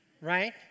right